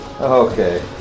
Okay